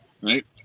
Right